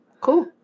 Cool